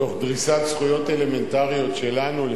תוך דריסת זכויות אלמנטריות שלנו,